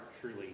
truly